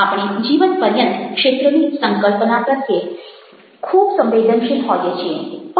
આપણે જીવન પર્યંત ક્ષેત્રની સંકલ્પના પ્રત્યે ખૂબ સંવેદનશીલ હોઈએ છીએ